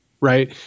right